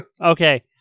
Okay